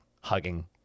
hugging